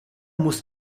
muss